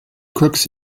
crooks